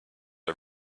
are